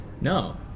No